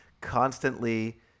constantly